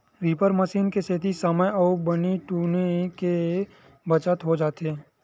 reaper machine के सेती समे अउ बनी दुनो के बचत हो जाथे